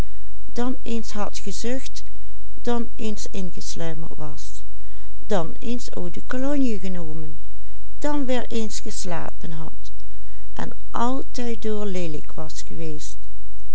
de cologne genomen dan weer eens geslapen had en altijddoor leelijk was geweest